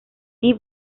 tea